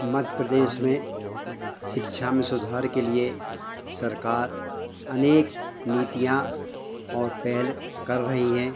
मध्य प्रदेश में शिक्षा में सुधार के लिए सरकार अनेक नीतियाँ और पहल कर रही है